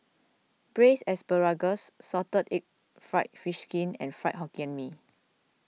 Braised Asparagus Salted Egg Fried Fish Skin and Fried Hokkien Mee